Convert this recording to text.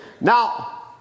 Now